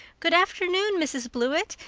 good afternoon, mrs. blewett.